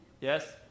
Yes